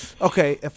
Okay